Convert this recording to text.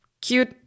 cute